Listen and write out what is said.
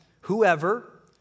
whoever